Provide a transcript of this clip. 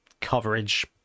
coverage